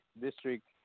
district